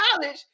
college